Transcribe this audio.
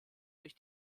durch